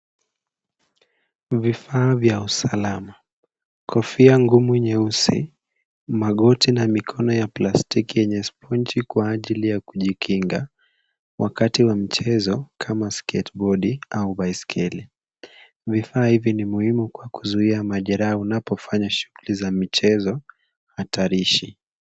Vifaa vya usalama. Kofia ngumu nyeusi, magoti na mikono ya plastiki yenye sponji kwa ajili ya kujikinga wakati wa mchezo kama sketbodi au baiskeli. Vifaa hivi ni muhimu kwa kuzuia majeraha unapofanya shuguli za michezo hatarishi.